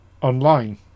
online